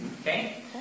okay